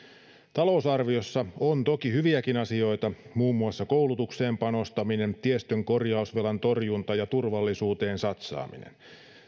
talousarviossa on toki hyviäkin asioita muun muassa koulutukseen panostaminen tiestön korjausvelan torjunta ja turvallisuuteen satsaaminen